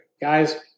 guys